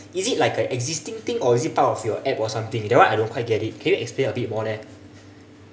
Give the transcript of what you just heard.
is it like a existing thing or is it part of your app or something that one I don't quite get it can you explain a bit more leh